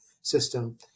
system